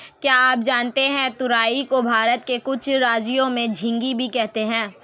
क्या आप जानते है तुरई को भारत के कुछ राज्यों में झिंग्गी भी कहते है?